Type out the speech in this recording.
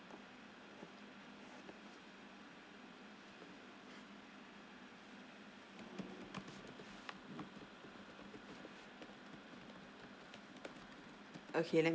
okay let me